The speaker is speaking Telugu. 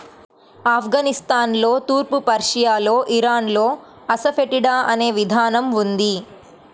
ఆఫ్ఘనిస్తాన్లో, తూర్పు పర్షియాలో, ఇరాన్లో అసఫెటిడా అనే విధానం ఉంది